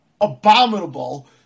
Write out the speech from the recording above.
abominable